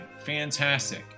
Fantastic